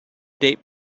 date